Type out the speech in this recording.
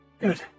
Good